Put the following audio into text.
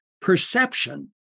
perception